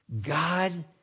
God